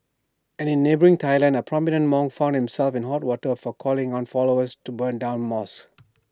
and in neighbouring Thailand A prominent monk found himself in hot water for calling on followers to burn down mosques